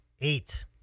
eight